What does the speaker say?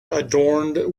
adorned